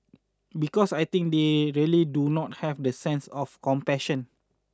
because I think they really do not have that sense of compassion